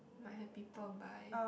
might have people buy